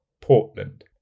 Portland